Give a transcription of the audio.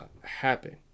happen